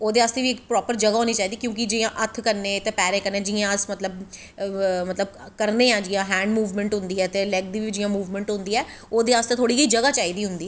ओह्दे आस्तै बी इक प्रापर जगाह् होनीं चाही दी ऐ जियां हत्थ कन्नैं ते पैरे कन्नैं अस मतलव करनें आं हैंड़ मूवमैंट होंदी ऐ ते लैग दी बी जियां मूवमैंट होंदी ऐ ओह्दे आस्तै थोह्ड़ी जेही जगाह् चाही दी होंदी ऐ